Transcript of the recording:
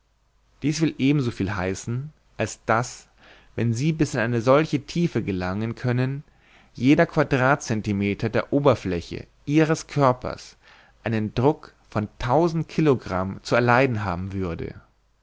dies will ebensoviel heißen als daß wenn sie bis in eine solche tiefe gelangen können jeder quadratcentimeter der oberfläche ihres körpers einen druck von tausend kilogramm zu erleiden haben würde